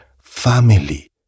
family